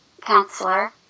counselor